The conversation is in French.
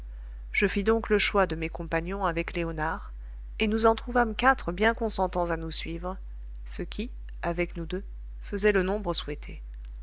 je fis donc le choix de mes compagnons avec léonard et nous en trouvâmes quatre bien consentants à nous suivre ce qui avec nous deux faisait le nombre souhaité